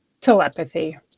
telepathy